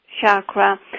chakra